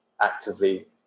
actively